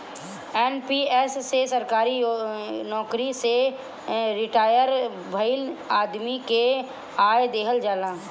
NPS में सरकारी नोकरी से रिटायर भईल आदमी के आय देहल जाला